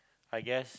I guess